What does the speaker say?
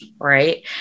Right